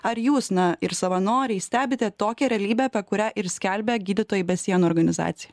ar jūs na ir savanoriai stebite tokią realybę apie kurią ir skelbia gydytojai be sienų organizacija